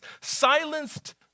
silenced